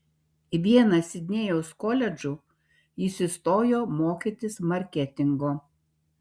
į vieną sidnėjaus koledžų jis įstojo mokytis marketingo